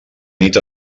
nit